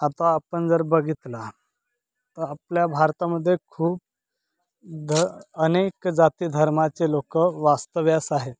आता आपण जर बघितला तर आपल्या भारतामध्ये खूप ध अनेक जाती धर्माचे लोकं वास्तव्यास आहेत